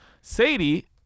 sadie